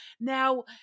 Now